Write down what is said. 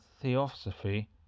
theosophy